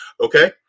okay